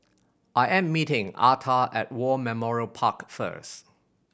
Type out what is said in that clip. I am meeting Arta at War Memorial Park first